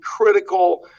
critical